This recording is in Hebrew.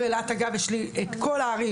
יש לי את כל הערים,